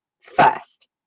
first